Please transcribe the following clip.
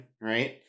right